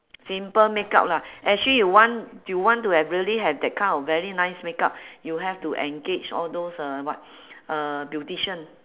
simple makeup lah actually you want you want to have really have that kind of very nice makeup you have to engage all those uh what uh beautician